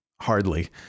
hardly